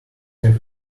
have